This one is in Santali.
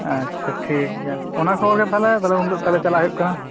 ᱟᱪᱪᱷᱟ ᱴᱷᱤᱠ ᱜᱮᱭᱟ ᱚᱱᱟ ᱠᱷᱚᱵᱚᱨ ᱜᱮ ᱛᱟᱦᱚᱞᱮ ᱩᱱᱦᱤᱞᱳᱜ ᱪᱟᱞᱟᱜ ᱦᱩᱭᱩᱜ ᱠᱟᱱᱟ